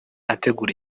ategura